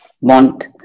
want